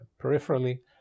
peripherally